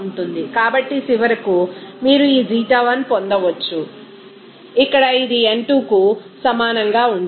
కాబట్టి చివరకు మీరు ఈ ξ1 పొందవచ్చు ఇక్కడ ఇది n2కు సమానంగా ఉంటుంది